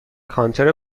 کانتر